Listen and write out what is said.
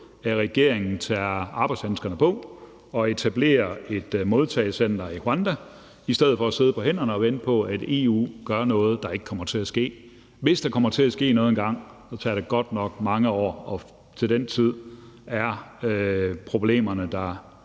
at regeringen tager arbejdshandskerne på og etablerer et modtagecenter i Rwanda i stedet for at sidde på hænderne og vente på, at EU gør noget, der ikke kommer til at ske. Hvis der kommer til at ske noget engang, tager det godt nok mange år, og til den tid er problemerne